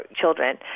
children